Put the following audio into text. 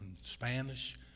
Spanish